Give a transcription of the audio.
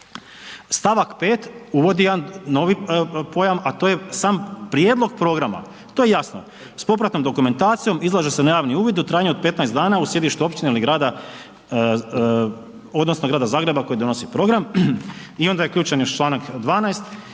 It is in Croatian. Stavak 5. uvodi jedan novi pojam, a to je sam prijedlog programa, to je jasno s popratnom dokumentacijom izlaže se na javni uvid u trajanju od 15 dana u sjedištu općine ili grada odnosno grada Zagreba koji donosi program. I onda je još ključan članak 12.